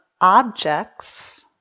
objects